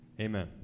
Amen